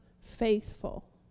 faithful